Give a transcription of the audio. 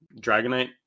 dragonite